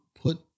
put